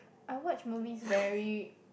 I watch movies very